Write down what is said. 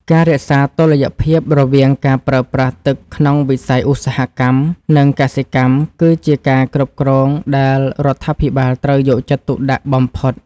ការរក្សាតុល្យភាពរវាងការប្រើប្រាស់ទឹកក្នុងវិស័យឧស្សាហកម្ម និងកសិកម្មគឺជាការគ្រប់គ្រងដែលរដ្ឋាភិបាលត្រូវយកចិត្តទុកដាក់បំផុត។